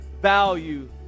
Value